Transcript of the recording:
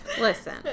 Listen